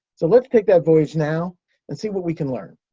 so, let's take that voyage now and see what we can learn.